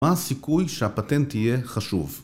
מה הסיכוי שהפטנט יהיה חשוב?